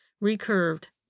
recurved